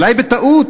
אולי בטעות,